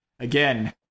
Again